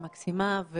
מקסימה,